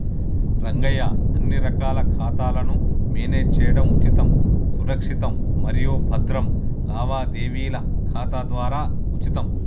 రంగయ్య అన్ని రకాల ఖాతాలను మేనేజ్ చేయడం ఉచితం సురక్షితం మరియు భద్రం లావాదేవీల ఖాతా ద్వారా ఉచితం